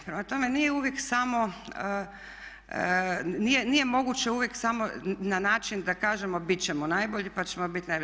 Prema tome, nije uvijek samo, nije moguće uvijek samo na način da kažemo bit ćemo najbolji pa ćemo biti najbolji.